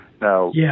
now